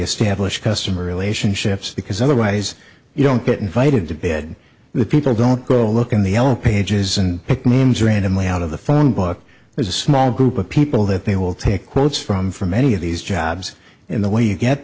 established customer relationships because otherwise you don't get invited to bed the people don't go look in the yellow pages and pick names randomly out of the phone book there's a small group of people that they will take quotes from for many of these jobs in the way you get